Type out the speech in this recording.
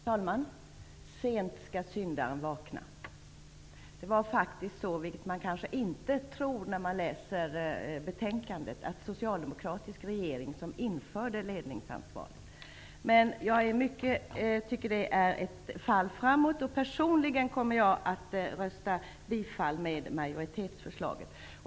Herr talman! Sent skall syndaren vakna. Det var faktiskt, vilket man kanske inte tror när man läser betänkandet, en socialdemokratisk regering som införde ledningsansvaret. Jag tycker att detta är ett fall framåt. Personligen kommer jag att rösta för bifall till majoritetsförslaget.